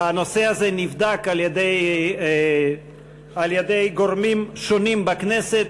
הנושא הזה נבדק על-ידי גורמים שונים בכנסת.